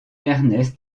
ernest